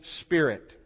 Spirit